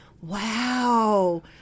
wow